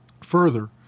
Further